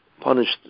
punished